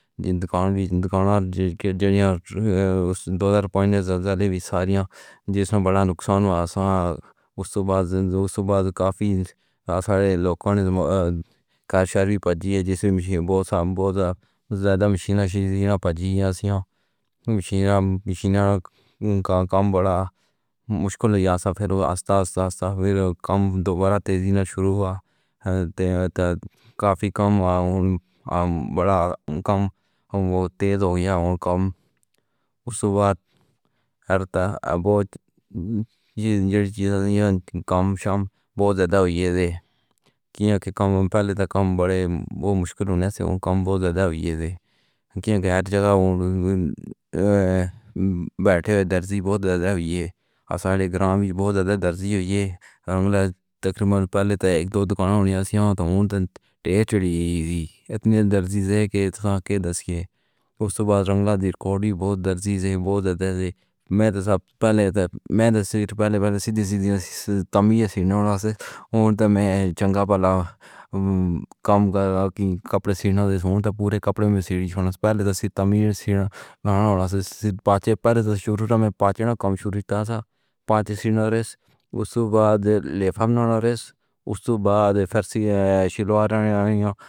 دکانا وچ زندگی وچ، دوکاندار جیئے جیسے دوہزارپنچ وچ ججلے وی ساریاں جسم بڑا نقصان تھا۔ اُس دے بعد توں اُس وخت کافی سارے لوکاں نے کہا کہ ابھی وی پجی ہے جیسے بوہت سارے لوک زیادہ مشیناں چھوڑ جی رہے نیں۔ ایسی مشیناں دا کم بڑا مشکل یا پھر دھیرے دھیرے کم۔ دوبارہ تیزی نال شروع ہویا تھا۔ کافی کم تے بڑا کم ہویا۔ تیز ہو گیا تے کم اُس بات تے تو ابھی تک جو وی کم شام بوہت زیادہ ہوئی تھی کہ ابھی کم پہلے تھا۔ کم بڑے مشکل ہوݨ تو او کم بوہت زیادہ ہوئی تھی۔ ہر جگہ بیٹھے درزی بوہت زیادہ ہوئی ہے۔ ہمارے گرام وی بوہت زیادہ درزی ہوئے نیں۔ تقریباً پہلے تو اک دو دوکانیاں سیں تو اُنہاں دے ٹیڑھ چڑھی اِتّے درزی نیں کہ اِس دے دس دے۔ اُس تو رنگا کوڑی بوہت درزی توں بوہت زیادہ ہے۔ میں تو پہلے تھا۔ میں تو پہلے پہلے سیدھی سیدھی تمیز سݨو۔ اُدھر میں چنگا بھلا کم کر کے کپڑے سیلݨا پورے کپڑے وچ سیڑھی توں پہلے تو تمیز نئیں پاندے۔ پہلے تو شروع وچ پنج دا کم شروع کیتا تھا۔ پنج سال روز صبح لیفٹ ناراض استاد بھادر فرشی سلوار آیا۔